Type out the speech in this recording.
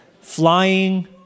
Flying